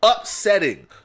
upsetting